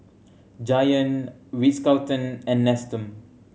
Giant Ritz Carlton and Nestum